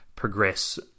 progress